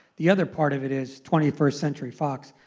the other part of it is twenty first century fox.